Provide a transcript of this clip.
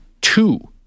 two